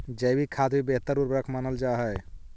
जैविक खाद भी बेहतर उर्वरक मानल जा हई